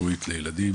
רפואית לילדים.